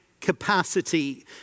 capacity